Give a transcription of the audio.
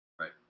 Right